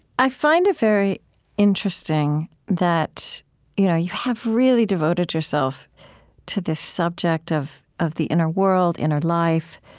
i find it very interesting that you know you have really devoted yourself to this subject of of the inner world, inner life,